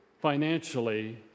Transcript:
financially